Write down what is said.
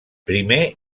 primer